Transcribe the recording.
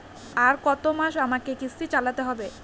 আর কতমাস আমাকে কিস্তি চালাতে হবে?